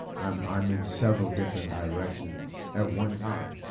i'm i'm in several different directions at one time.